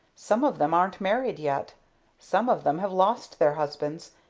some of them aren't married yet some of them have lost their husbands,